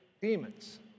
demons